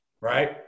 Right